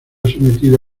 sometido